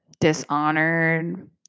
dishonored